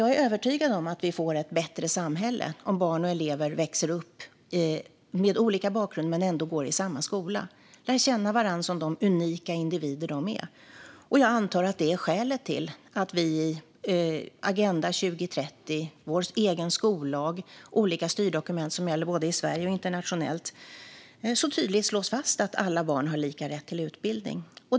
Jag är övertygad om att vi får ett bättre samhälle om barn och elever växer upp med olika bakgrund men ändå går i samma skola och lär känna varandra som de unika individer de är. Jag antar att detta är skälet till att Agenda 2030, vår egen skollag och olika styrdokument som gäller både i Sverige och internationellt tydligt slår fast att alla barn har lika rätt till utbildning.